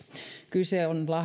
kyse on